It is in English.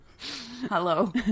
Hello